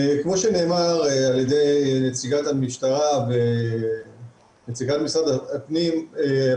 כמו שנאמר על ידי נציגת המשטרה ונציגת משרד המשפטים,